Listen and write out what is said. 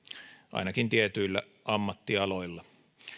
ainakin tietyillä ammattialoilla